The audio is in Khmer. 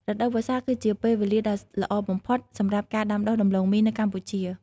រដូវវស្សាគឺជាពេលវេលាដ៏ល្អបំផុតសម្រាប់ការដាំដុះដំឡូងមីនៅកម្ពុជា។